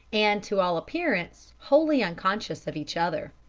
and, to all appearance, wholly unconscious of each other.